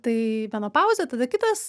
tai menopauzė tada kitas